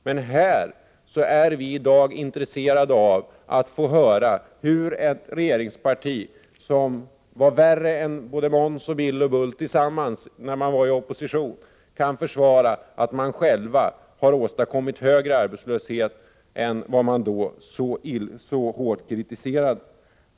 Men här i dag är vi intresserade av att få höra hur ett regeringsparti, som var värre än både Måns, Bill och Bull tillsammans när man var i opposition, kan försvara att man själv har åstadkommit högre arbetslöshet än vad man då så hårt kritiserade.